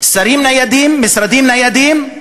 שרים ניידים, משרדים ניידים.